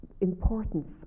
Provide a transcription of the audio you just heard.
importance